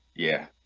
yeah,